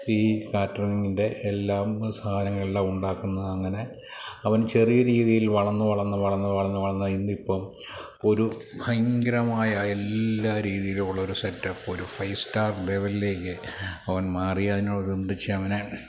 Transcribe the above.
ഈ കാറ്ററിങ്ങിൻ്റെ എല്ലാം സാധനങ്ങളെല്ലാം ഉണ്ടാക്കുന്ന അങ്ങനെ അവൻ ചെറിയ രീതിയിൽ വളർന്ന് വളർന്ന് വളർന്ന് വളർന്ന് വളർന്ന് ഇന്നിപ്പോള് ഒരു ഭയങ്കരമായ എല്ലാ രീതിയിലുള്ളൊരു സെറ്റപ്പൊരു ഫൈവ് സ്റ്റാർ ലെവലിലേക്ക് അവൻ മാറി അതിനോടനുബന്ധിച്ചവന്